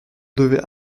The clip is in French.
devait